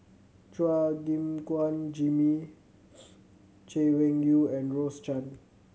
Chua Gim Guan Jimmy Chay Weng Yew and Rose Chan